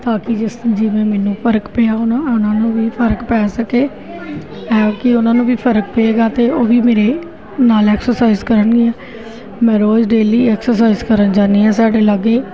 ਤਾਂ ਕਿ ਜਿਸ ਜਿਵੇ ਮੈਨੂੰ ਫਰਕ ਪਿਆ ਹੋਣਾ ਉਹਨਾਂ ਨੂੰ ਵੀ ਫਰਕ ਪੈ ਸਕੇ ਐ ਕਿ ਉਹਨਾਂ ਨੂੰ ਵੀ ਫਰਕ ਪਏਗਾ ਅਤੇ ਉਹ ਵੀ ਮੇਰੇ ਨਾਲ ਐਕਸਰਸਾਈਜ ਕਰਨਗੀਆਂ ਮੈਂ ਰੋਜ਼ ਡੇਲੀ ਐਕਸਰਸਾਈਜ਼ ਕਰਨ ਜਾਨੀ ਹਾਂ ਸਾਡੇ ਲਾਗੇ